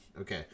Okay